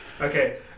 Okay